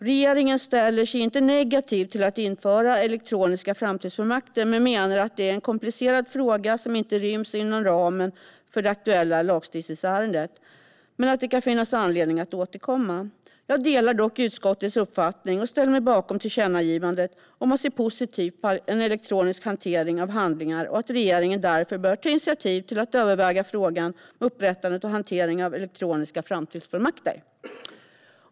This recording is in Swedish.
Regeringen ställer sig inte negativ till att införa elektroniska framtidsfullmakter men menar att det är en komplicerad fråga som inte ryms inom ramen för det aktuella lagstiftningsärendet men att det kan finnas anledning att återkomma. Jag delar dock utskottets uppfattning och ställer mig bakom tillkännagivandet om att se positivt på elektronisk hantering av handlingar och att regeringen därför bör ta initiativ till att överväga frågan om upprättande och hantering av elektroniska framtidsfullmakter.